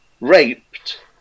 raped